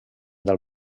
del